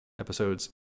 episodes